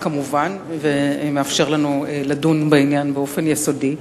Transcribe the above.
כמובן, ומאפשר לנו לדון בחוק באופן יסודי.